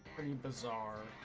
by the bizarre